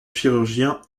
chirurgien